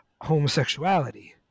homosexuality